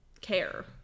care